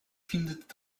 findet